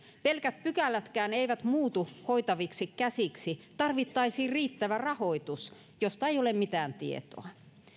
pelkät pykälätkään eivät muutu hoitaviksi käsiksi vaan tarvittaisiin riittävä rahoitus josta ei ole mitään tietoa